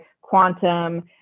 quantum